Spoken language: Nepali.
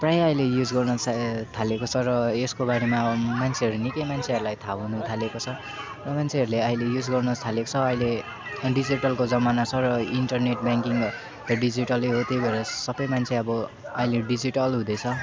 प्रायः अहिले युज गर्न थालेको छ र यसको बारेमा मान्छेहरू निकै मान्छेहरूलाई थाहा हुनु थालेको छ र मान्छेहरूले अहिले युज गर्न थालेको छ अहिले डिजिटलको जमाना छ र इन्टरनेट ब्याङ्किङहरू डिजिटलै हो त्यही भएर सबै मान्छे अब अहिले डिजिटल हुँदैछ